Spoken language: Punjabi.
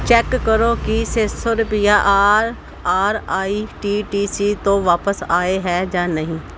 ਚੈੱਕ ਕਰੋ ਕਿ ਛੇ ਸੌ ਰਪਈਏ R R I T T C ਤੋਂ ਵਾਪਸ ਆਏ ਹੈ ਜਾਂ ਨਹੀਂ